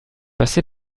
passé